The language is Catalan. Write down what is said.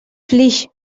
flix